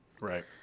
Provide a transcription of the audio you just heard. Right